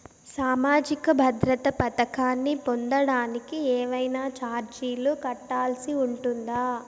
సామాజిక భద్రత పథకాన్ని పొందడానికి ఏవైనా చార్జీలు కట్టాల్సి ఉంటుందా?